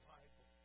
Bible